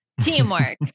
Teamwork